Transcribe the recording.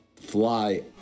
fly